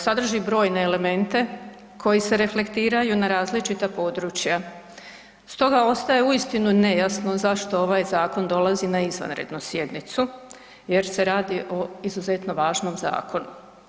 Sadrži brojne elemente koji se reflektiraju na različita područja stoga ostaje uistinu nejasno zašto ovaj zakon dolazi na izvanrednu sjednicu jer se radi o izuzetno važnom zakonu.